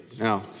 Now